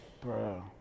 Bro